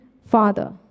father